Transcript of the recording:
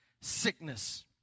sickness